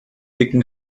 dicken